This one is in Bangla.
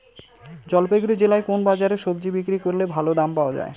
জলপাইগুড়ি জেলায় কোন বাজারে সবজি বিক্রি করলে ভালো দাম পাওয়া যায়?